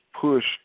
push